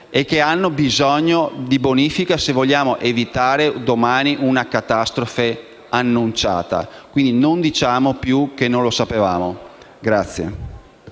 che hanno bisogno di bonifica se vogliamo evitare domani una catastrofe annunciata. Non diciamo poi che non lo sapevamo.